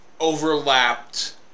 overlapped